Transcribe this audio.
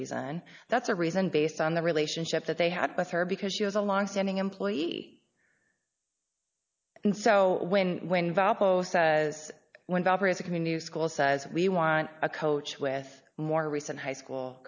reason that's a reason based on the relationship that they had with her because she was a longstanding employee and so when when as a community school says we want a coach with more recent high school